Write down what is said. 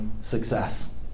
success